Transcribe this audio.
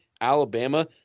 Alabama